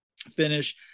finish